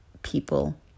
people